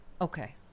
okay